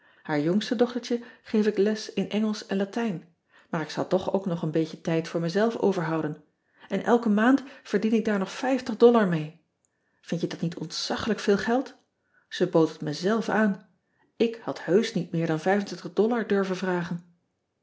aar jongste dochtertje geef ik les in ngelsch en atijn maar ik zal toch ook nog een beetje tijd voor mezelf overhouden en elke maand verdien ik ean ebster adertje angbeen ind je dat niet ontzaggelijk veel geld e bood het me zelf aan ik had heusch niet meer dan durven vragen